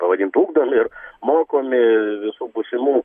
pavadint ugdomi ir mokomi visų būsimų